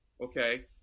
Okay